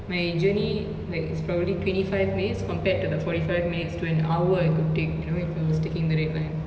my journey like is probably twenty five minutes compared to the forty five minutes to an hour it could take you know if I was taking the red line